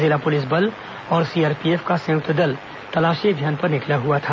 जिला पुलिस बल और सीआरपीएफ का संयुक्त दल तलाशी अभियान पर निकला हुआ था